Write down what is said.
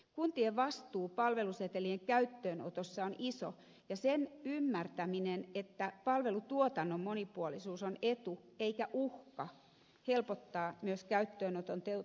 kuntien vastuu palvelusetelien käyttöönotossa on iso ja sen ymmärtäminen että palvelutuotannon monipuolisuus on etu eikä uhka helpottaa myös käyttöönoton toteutusta